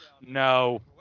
No